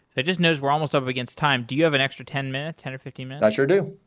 that just knows we're almost up against time. do you have an extra ten minutes, ten or fifteen minutes? i sure do.